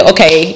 Okay